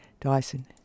dyson